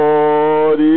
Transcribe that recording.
Lord